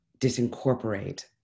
disincorporate